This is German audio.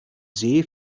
see